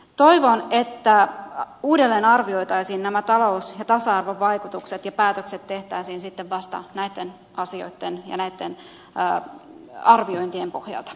toivon että uudelleen arvioitaisiin nämä talous ja tasa arvovaikutukset ja päätökset tehtäisiin sitten vasta näiden asioiden ja näiden arviointien pohjalta